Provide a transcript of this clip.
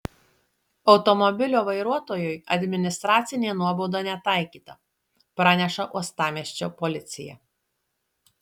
automobilio vairuotojui administracinė nuobauda netaikyta praneša uostamiesčio policija